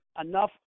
enough